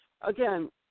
again